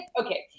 okay